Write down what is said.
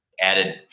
added